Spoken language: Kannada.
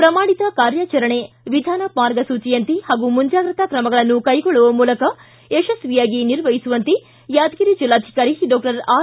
ಪ್ರಮಾಣಿತ ಕಾರ್ಯಾಚರಣಾ ವಿಧಾನ ಮಾರ್ಗಸೂಚಿಯಂತೆ ಪಾಗೂ ಮುಂಜಾಗ್ರತಾ ಕ್ರಮಗಳನ್ನು ಕೈಗೊಳ್ಳುವ ಮೂಲಕ ಯಶಸ್ವಿಯಾಗಿ ನಿರ್ವಹಿಸುವಂತೆ ಯಾದಗಿರಿ ಜಿಲ್ಲಾಧಿಕಾರಿ ಡಾಕ್ಟರ್ ಆರ್